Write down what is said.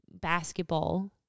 basketball